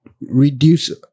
reduce